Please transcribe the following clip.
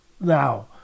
Now